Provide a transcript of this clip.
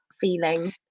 feeling